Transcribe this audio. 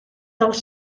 dels